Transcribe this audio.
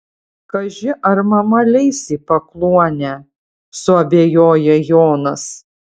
kaži ar mama leis į pakluonę suabejoja jonas